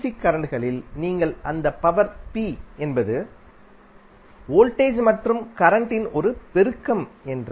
C கரண்ட்களில் நீங்கள் அந்த பவர் p என்பது வோல்டேஜ் மற்றும் கரண்ட் இன் ஒரு பெருக்கம் என்று